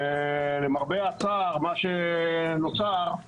ולמרבה הצער, מה שנוצר הוא